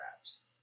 wraps